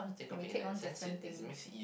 and we take on different things